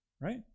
right